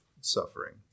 suffering